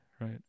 Right